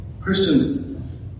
Christians